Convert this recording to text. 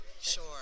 sure